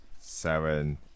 Seven